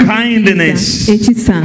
kindness